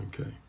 okay